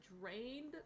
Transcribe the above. drained